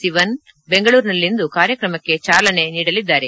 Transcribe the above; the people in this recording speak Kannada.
ಸಿವನ್ ಬೆಂಗಳೂರಿನಲ್ಲಿಂದು ಕಾರ್ಯಕ್ರಮಕ್ಕೆ ಚಾಲನೆ ನೀಡಲಿದ್ದಾರೆ